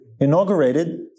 inaugurated